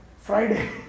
Friday